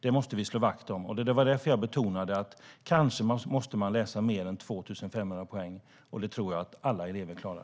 Det här måste vi slå vakt om. Det var därför jag betonade att man kanske måste läsa mer än 2 500 poäng. Det tror jag att alla elever klarar.